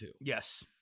Yes